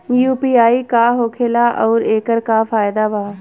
UPI का होखेला आउर एकर का फायदा बा?